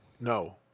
No